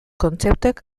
kontzeptuek